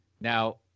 Now